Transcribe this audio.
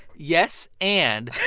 yes. and.